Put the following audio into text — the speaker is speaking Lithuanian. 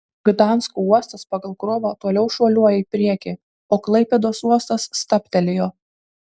gdansko uostas pagal krovą toliau šuoliuoja į priekį o klaipėdos uostas stabtelėjo